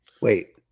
wait